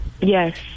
Yes